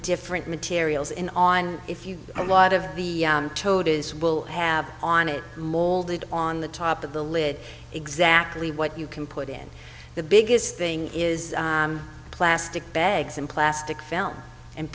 different materials in on if you a lot of the todas will have on it mauled it on the top of the lid exactly what you can put in the biggest thing is plastic bags and plastic film and